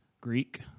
Greek